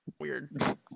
Weird